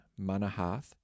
Manahath